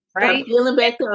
right